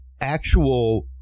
actual